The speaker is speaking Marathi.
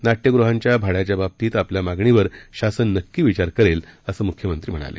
ना िगृहांच्या भाड्याच्या बाबतीत आपल्या मागणीवर शासन नक्की विचार करेल असं मुख्यमंत्री म्हणाले